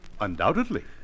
Undoubtedly